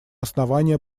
основания